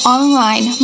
Online